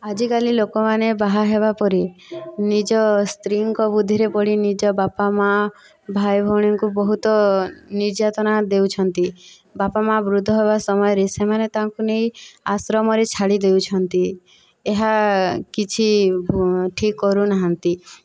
ଆଜିକାଲି ଲୋକମାନେ ବାହା ହେବା ପରେ ନିଜ ସ୍ତ୍ରୀଙ୍କ ବୁଦ୍ଧିରେ ପଡ଼ି ନିଜ ବାପା ମା' ଭାଇ ଭଉଣୀଙ୍କୁ ବହୁତ ନିର୍ଯ୍ୟାତନା ଦେଉଛନ୍ତି ବାପା ମା' ବୃଦ୍ଧ ହେବା ସମୟରେ ସେମାନେ ତାଙ୍କୁ ନେଇ ଆଶ୍ରମରେ ଛାଡ଼ି ଦେଉଛନ୍ତି ଏହା କିଛି ଠିକ୍ କରୁନାହାନ୍ତି